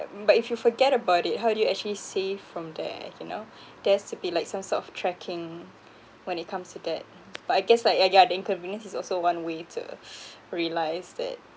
but if you forget about it how do you actually save from there you know there has to be like some sort of tracking when it comes to that but I guess like yeah yeah inconvenience is also one way to realise that